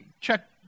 check